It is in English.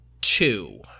two